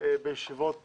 בישיבות